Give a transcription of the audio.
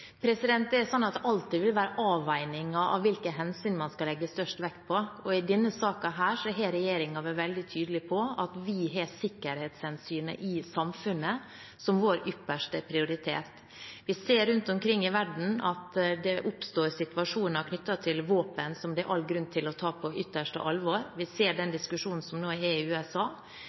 Det vil alltid være avveininger når det gjelder hvilke hensyn man skal legge størst vekt på. I denne saken har regjeringen vært veldig tydelig på at vi har sikkerhetshensynet i samfunnet som vår ypperste prioritet. Vi ser rundt omkring i verden at det oppstår situasjoner knyttet til våpen som det er all grunn til å ta på ytterste alvor. Vi ser den diskusjonen som nå er i USA.